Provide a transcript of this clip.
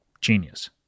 genius